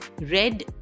red